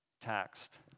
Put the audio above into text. taxed